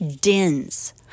dens